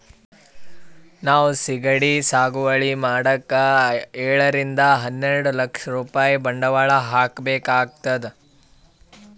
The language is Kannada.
ನಾವ್ ಸಿಗಡಿ ಸಾಗುವಳಿ ಮಾಡಕ್ಕ್ ಏಳರಿಂದ ಹನ್ನೆರಡ್ ಲಾಕ್ ರೂಪಾಯ್ ಬಂಡವಾಳ್ ಹಾಕ್ಬೇಕ್ ಆತದ್